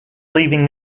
leaving